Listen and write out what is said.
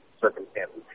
circumstances